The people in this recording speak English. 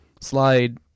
slide